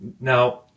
Now